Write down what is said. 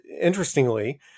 interestingly